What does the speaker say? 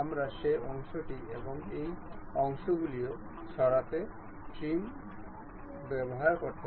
আমাদের দুটি আইটেম আছে